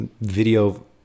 video